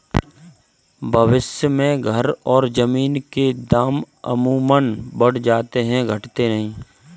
भविष्य में घर और जमीन के दाम अमूमन बढ़ जाते हैं घटते नहीं